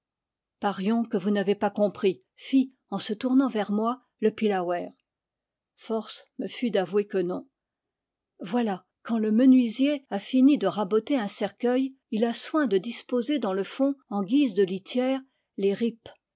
parions que vous n'avez pas compris fit en se tournant vers moi le pillawer force me fut d'avouer que non voilà quand le menuisier a fini de raboter un cercueil il a soin de disposer dans le fond en guise de litière les ripes